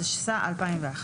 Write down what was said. התשס"א-2001,